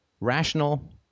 rational